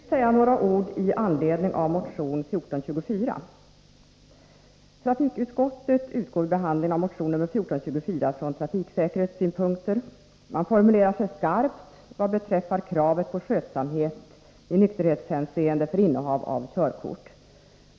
Herr talman! Låt mig säga några ord i anledning av motion 1982/83:1424. Trafikutskottet utgår vid behandlingen av motionen från trafiksäkerhetssynpunkter. Man formulerar sig skarpt vad beträffar kravet på skötsamhet i nykterhetshänseende för innehav av körkort.